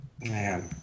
Man